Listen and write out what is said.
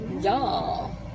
Y'all